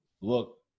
look